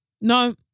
No